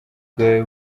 bwawe